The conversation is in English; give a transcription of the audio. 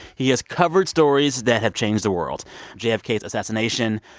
he has covered stories that have changed the world jfk's assassination,